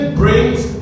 brings